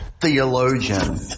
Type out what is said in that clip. theologian